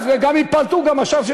ייפלטו גם עכשיו.